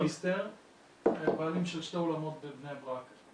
שמואל קיסטר, בעלים של שני אולמות בבני ברק.